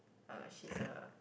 uh she's a